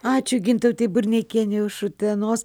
ačiū gintautei burneikienei iš utenos